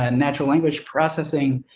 and natural language processing,